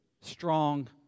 strong